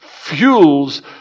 fuels